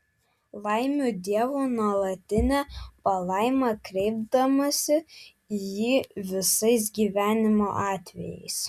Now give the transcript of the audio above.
laimiu dievo nuolatinę palaimą kreipdamasi į jį visais gyvenimo atvejais